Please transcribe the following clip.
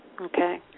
Okay